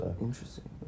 Interesting